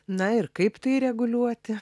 na ir kaip tai reguliuoti